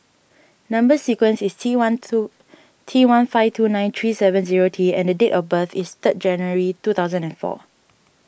Number Sequence is T one two T one five two nine three seven zero T and date of birth is third January two thousand and four